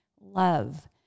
love